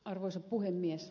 arvoisa puhemies